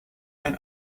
and